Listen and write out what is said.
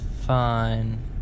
fine